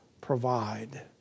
provide